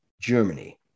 Germany